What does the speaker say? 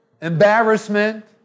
embarrassment